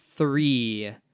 three